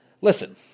listen